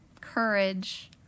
Courage